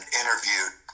interviewed